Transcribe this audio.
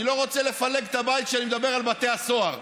אני לא רוצה לפלג את הבית כשאני מדבר על בתי הסוהר.